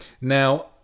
Now